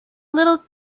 little